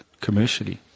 commercially